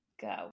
go